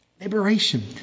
liberation